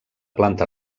planta